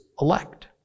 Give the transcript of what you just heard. elect